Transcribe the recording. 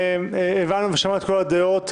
הבנו ושמענו את כל הדעות.